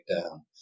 down